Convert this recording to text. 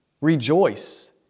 rejoice